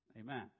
Amen